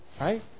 Right